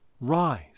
Rise